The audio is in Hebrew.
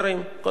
קודם כול,